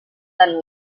dan